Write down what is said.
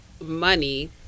money